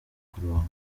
kuronka